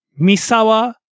Misawa